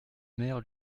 mère